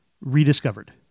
Rediscovered